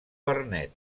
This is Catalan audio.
vernet